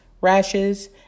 rashes